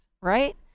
right